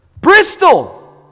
Bristol